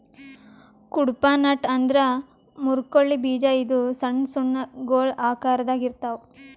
Cuddapah nut ಅಂದ್ರ ಮುರ್ಕಳ್ಳಿ ಬೀಜ ಇದು ಸಣ್ಣ್ ಸಣ್ಣು ಗೊಲ್ ಆಕರದಾಗ್ ಇರ್ತವ್